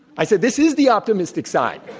i said, this is the optimistic side.